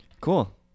cool